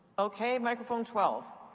okay, microphone twelve.